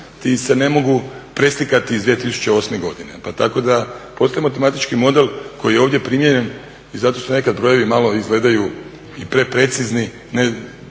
se ne mogu preslikati iz 2008.godine. Postoji matematički model koji je ovdje primijenjen i zato su nekad brojevi malo izgledaju i pre precizni